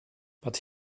but